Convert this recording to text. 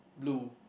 blue